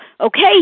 okay